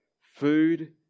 food